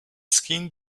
skin